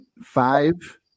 five